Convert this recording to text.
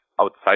outside